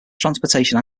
transportation